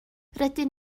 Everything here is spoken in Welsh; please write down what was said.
rydyn